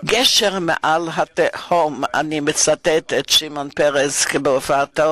מהווים "גשר מעל התהום" אני מצטט את שמעון פרס בהופעתו